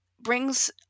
brings